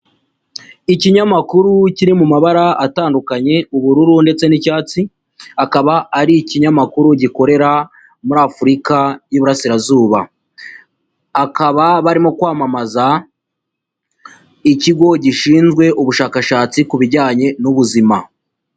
Ikinyamakuru kiri mu mabara atandukanye ubururu ndetse n'icyatsi, akaba ari ikinkinyamakuru gikorera muri afurika y'iburasirazuba. Akaba barimo kwamamaza ikigo gishinzwe ubushakashatsi ku bijyanye n'ubuzima.